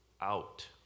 out